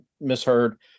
misheard